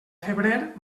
febrer